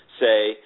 say